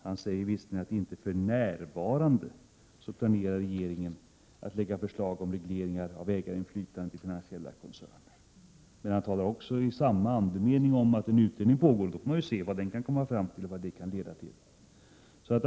Han säger visserligen att ”regeringen inte för närvarande planerar att lägga förslag i fråga om reglering av ägarinflytandet i finansiella koncerner”. Men i samma andetag talar han om att en utredning pågår och att man får se vad den kommer fram till och vad det kan leda till.